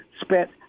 spent